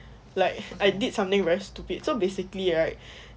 like I did something very stupid so basically right